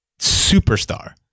superstar